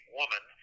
woman